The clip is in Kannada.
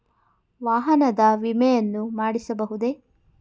ವಾಹನದ ವಿಮೆಯನ್ನು ಮಾಡಿಸಬಹುದೇ?